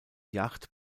yacht